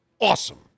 awesome